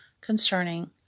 concerning